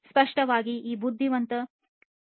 ಸ್ಪಷ್ಟವಾಗಿ ಈ ಬುದ್ಧಿವಂತ ಸಂವೇದಕಗಳ ವಿಭಿನ್ನ ಅನುಕೂಲಗಳು ಇವೆ